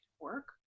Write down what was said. work